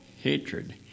hatred